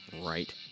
right